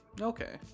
Okay